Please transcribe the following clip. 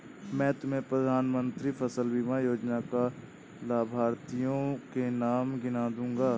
मैं तुम्हें प्रधानमंत्री फसल बीमा योजना के लाभार्थियों के नाम गिना दूँगा